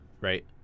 right